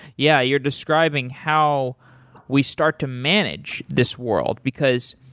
yeah, you're describing how we start to manage this world, because